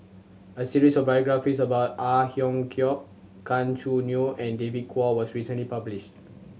a series of biographies about Ang Hiong Chiok Gan Choo Neo and David Kwo was recently published